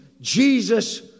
Jesus